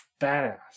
Badass